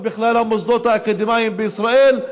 ובכלל המוסדות האקדמיים בישראל.